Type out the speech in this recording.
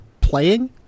playing